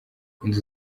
inzu